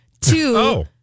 Two